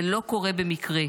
זה לא קורה במקרה.